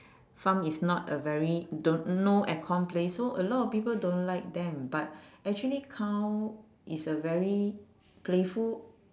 farm is not a very don't no air con place so a lot of people don't like them but actually cow is a very playful